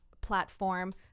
platform